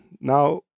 now